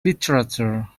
literature